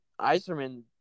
Iserman